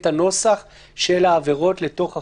את הנוסח של העבירות לתוך החוק?